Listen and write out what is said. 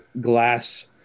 glass